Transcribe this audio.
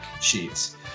sheets